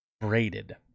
braided